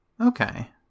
Okay